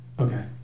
Okay